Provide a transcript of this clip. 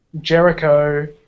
Jericho